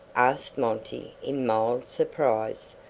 asked monty in mild surprise.